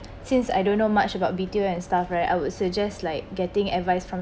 since I don't know much about and stuff right I would suggest like getting advice from